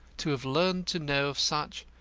to have learnt to know of such,